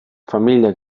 familiak